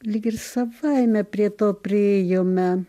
lyg ir savaime prie to priėjome